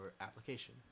application